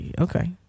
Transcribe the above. Okay